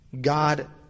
God